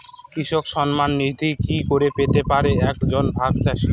কৃষক সন্মান নিধি কি করে পেতে পারে এক জন ভাগ চাষি?